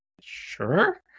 sure